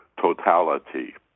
totality